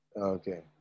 Okay